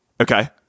Okay